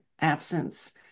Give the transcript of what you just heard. absence